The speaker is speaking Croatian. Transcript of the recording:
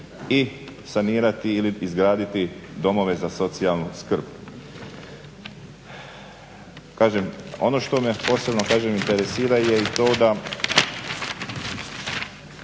i sanirati ili izgraditi domove za socijalnu skrb. Kažem, ono što me posebno interesira je i to da